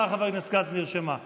הצבעתך נרשמה.